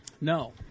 No